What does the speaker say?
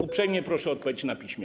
Uprzejmie proszę o odpowiedź na piśmie.